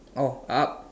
oh up